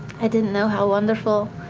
i didn't know how wonderful,